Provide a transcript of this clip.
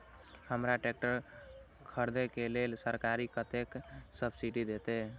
हमरा ट्रैक्टर खरदे के लेल सरकार कतेक सब्सीडी देते?